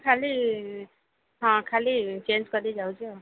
ଖାଲି ହଁ ଖାଲି ଚେଞ୍ଜ କରିଦେବି ଯାଉଛି ଆଉ